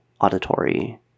auditory